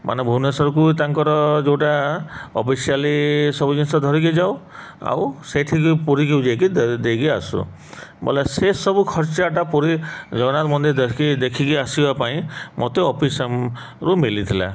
ମାନେ ଭୁବନେଶ୍ୱରକୁ ତାଙ୍କର ଯେଉଁଟା ଅଫିସିଆଲି ସବୁ ଜିନିଷ ଧରିକି ଯାଉ ଆଉ ସେଇଠିକି ପୁରୀକି ଯାଇକି ଦେଇକି ଆସ ବୋଲେ ସେସବୁ ଖର୍ଚ୍ଚଟା ପୁରୀ ଜଗନ୍ନାଥ ମନ୍ଦିରଖି ଦେଖିକି ଆସିବା ପାଇଁ ମୋତେ ଅଫିସରୁ ମିଳିଥିଲା